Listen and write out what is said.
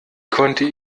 konnte